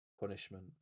punishment